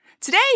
Today